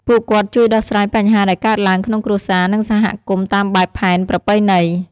ពួកគាត់ជួយដោះស្រាយបញ្ហាដែលកើតឡើងក្នុងគ្រួសារនិងសហគមន៍តាមបែបផែនប្រពៃណី។